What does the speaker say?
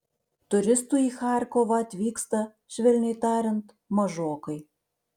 turistų į charkovą atvyksta švelniai tariant mažokai